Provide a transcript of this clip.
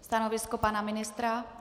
Stanovisko pana ministra?